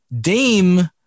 Dame